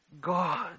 God